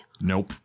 Nope